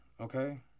okay